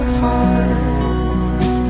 heart